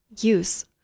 use